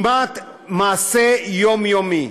כמעט מעשה יומיומי.